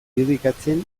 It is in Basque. irudikatzen